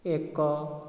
ଏକ